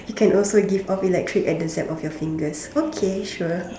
you can also give off electric at the zap of your fingers okay sure